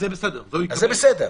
זה בסדר.